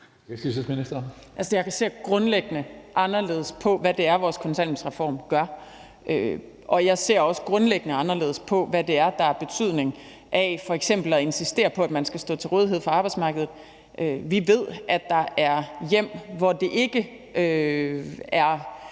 Jeg ser grundlæggende anderledes på, hvad det er, vores kontanthjælpsreform gør. Og jeg ser også grundlæggende anderledes på, hvad det er, der f.eks. er betydningen af at insistere på, at man skal stå til rådighed for arbejdsmarkedet. Vi ved, at der er hjem, hvor det ikke er